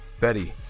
Betty